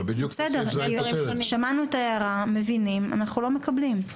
בסדר, שמענו את ההערה, מבינים, אנחנו לא מקבלים.